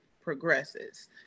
progresses